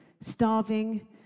starving